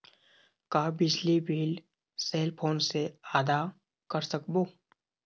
का बिजली bill cell phone से आदा कर सकबो?